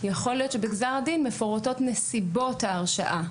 יכול להיות שבגזר הדין מפורטות נסיבות ההרשעה.